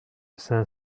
cinq